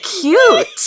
cute